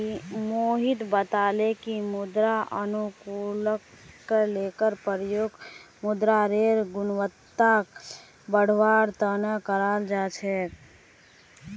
मोहित बताले कि मृदा अनुकूलककेर प्रयोग मृदारेर गुणवत्ताक बढ़वार तना कराल जा छेक